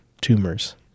tumors